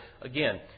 again